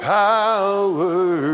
power